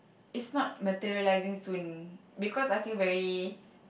it's not materialising soon because I feel very